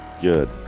Good